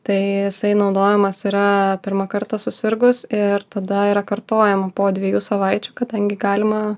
tai jisai naudojamas yra pirmą kartą susirgus ir tada yra kartojama po dviejų savaičių kadangi galima